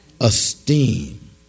esteem